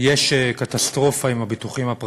יש קטסטרופה עם הביטוחים הפרטיים.